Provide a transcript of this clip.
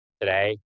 today